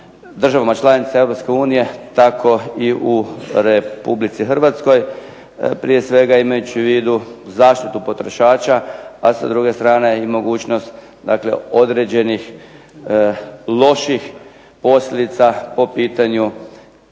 državama članicama Europske unije tako i u Republici Hrvatskoj, prije svega imajući u vidu zaštitu potrošača, a sa druge strane i mogućnost dakle određenih loših posljedica po pitanju